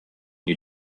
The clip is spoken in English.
you